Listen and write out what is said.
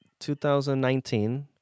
2019